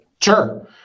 Sure